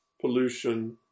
pollution